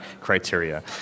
criteria